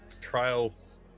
Trials